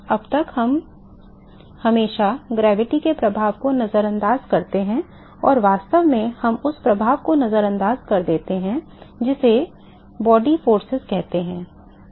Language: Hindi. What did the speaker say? तो अब तक हम हमेशा गुरुत्वाकर्षण के प्रभाव को नज़रअंदाज़ करते हैं और वास्तव में हम उस प्रभाव को नज़रअंदाज़ कर देते हैं जिसे शरीर बल कहते हैं